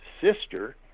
sister